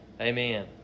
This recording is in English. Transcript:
Amen